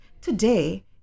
Today